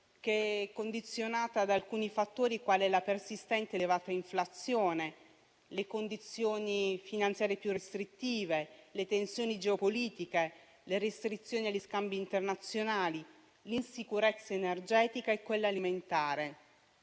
condizionata da alcuni fattori quali la persistente elevata inflazione, le condizioni finanziarie più restrittive, le tensioni geopolitiche, le restrizioni agli scambi internazionali, l'insicurezza energetica e quella alimentare,